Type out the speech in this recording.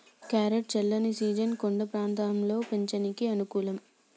carrot చల్లని season కొండ ప్రాంతంలో పెంచనీకి అనుకూలం